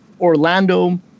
Orlando